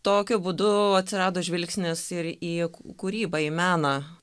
tokiu būdu atsirado žvilgsnis ir į kūrybą į meną